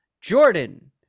Jordan